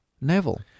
Neville